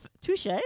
Touche